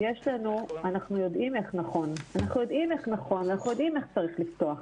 אנחנו יודעים איך נכון ואיך צריך לפתוח.